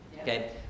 okay